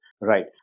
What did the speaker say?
Right